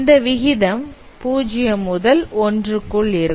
இந்த விகிதம் 0 முதல் ஒன்றுக்குள் இருக்கும்